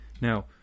now